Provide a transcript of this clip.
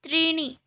त्रीणि